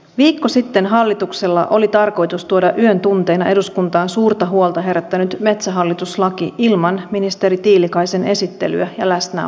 viikko sitten hallituksella oli tarkoitus tuoda yön tunteina eduskuntaan suurta huolta herättänyt metsähallitus laki ilman ministeri tiilikaisen esittelyä ja läsnäoloa